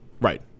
Right